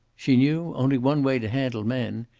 she knew only one way to handle men,